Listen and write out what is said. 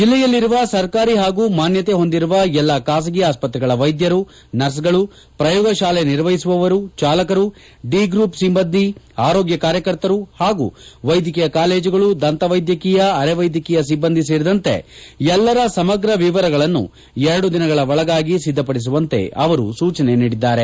ಜಿಲ್ಲೆಯಲ್ಲಿರುವ ಸರ್ಕಾರಿ ಹಾಗೂ ಮಾನ್ಯತೆ ಹೊಂದಿರುವ ಎಲ್ಲಾ ಖಾಸಗಿ ಆಸ್ಪತ್ರೆಗಳ ವೈದ್ಯರು ನರ್ಸ್ಗಳು ಪ್ರಯೋಗಶಾಲೆ ನಿರ್ವಹಿಸುವವರು ಚಾಲಕರು ಡಿ ಗ್ರೂಪ್ ಸಿಬ್ಬಂದಿ ಆರೋಗ್ಯ ಕಾರ್ಯಕರ್ತರು ಹಾಗೂ ವೈದ್ಯಕೀಯ ಕಾಲೇಜುಗಳು ದಂತವೈದ್ಯಕೀಯ ಅರೆವೈದ್ಯಕೀಯ ಸಿಬ್ಬಂದಿ ಸೇರಿದಂತೆ ಎಲ್ಲರ ಸಮಗ್ರ ವಿವರಗಳನ್ನು ಎರಡು ದಿನಗಳ ಒಳಗಾಗಿ ಸಿದ್ದಪಡಿಸುವಂತೆ ಅವರು ಸೂಚನೆ ನೀಡಿದ್ದಾರೆ